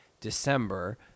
December